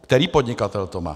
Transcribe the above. Který podnikatel to má?